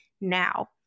now